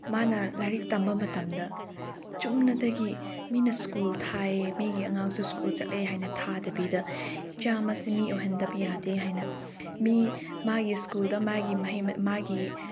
ꯃꯥꯅ ꯂꯥꯏꯔꯤꯛ ꯇꯝꯕ ꯃꯇꯝꯗ ꯆꯨꯝꯅꯇꯒꯤ ꯃꯤꯅ ꯁ꯭ꯀꯨꯜ ꯊꯥꯏ ꯃꯤꯒꯤ ꯑꯉꯥꯡꯁꯨ ꯁ꯭ꯀꯨꯜ ꯆꯠꯂꯦ ꯍꯥꯏꯅ ꯊꯥꯗꯕꯤꯗ ꯏꯆꯥ ꯑꯃꯁꯦ ꯃꯤ ꯑꯣꯏꯍꯟꯗꯕ ꯌꯥꯗꯦ ꯍꯥꯏꯅ ꯃꯤ ꯃꯥꯒꯤ ꯁ꯭ꯀꯨꯜꯗ ꯃꯥꯒꯤ ꯃꯍꯩ ꯃꯥꯒꯤ